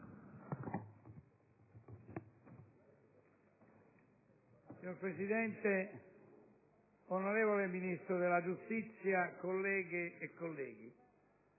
Signora Presidente, signor Ministro della giustizia, colleghe e colleghi,